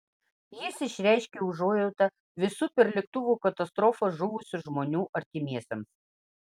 jis išreiškė užuojautą visų per lėktuvo katastrofą žuvusių žmonių artimiesiems